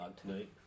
tonight